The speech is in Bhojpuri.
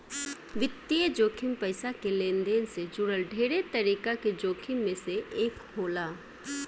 वित्तीय जोखिम पईसा के लेनदेन से जुड़ल ढेरे तरीका के जोखिम में से एक होला